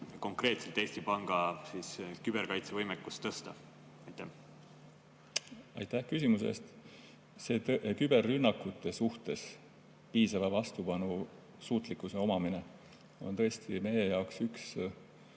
konkreetselt Eesti Panga küberkaitsevõimekust tõsta? Aitäh küsimuse eest! Küberrünnakute suhtes piisava vastupanusuutlikkuse omamine on tõesti meie jaoks üks